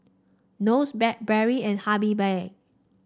Nose Blackberry and Habibie